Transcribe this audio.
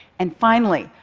and finally,